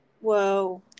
Whoa